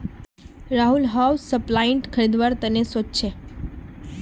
Rahul houseplant खरीदवार त न सो च छ